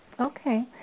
Okay